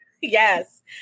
Yes